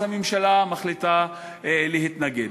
הממשלה מחליטה להתנגד.